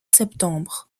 septembre